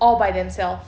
all by themselves